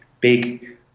big